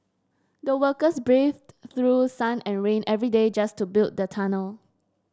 the workers braved through sun and rain every day just to build the tunnel